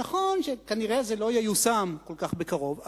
נכון שכנראה זה לא ייושם כל כך בקרוב,